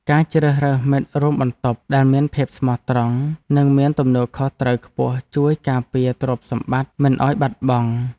ការជ្រើសរើសមិត្តរួមបន្ទប់ដែលមានភាពស្មោះត្រង់និងមានទំនួលខុសត្រូវខ្ពស់ជួយការពារទ្រព្យសម្បត្តិមិនឱ្យបាត់បង់។